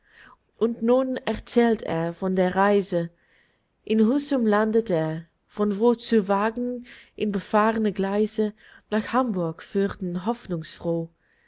und nun erzählt er von der reise in husum landet er von wo zu wagen ihn befahr'ne gleise nach hamburg führten